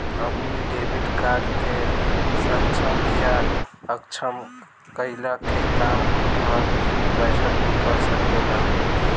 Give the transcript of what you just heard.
अपनी debit card के सक्षम या असक्षम कईला के काम घर बैठल भी कर सकेला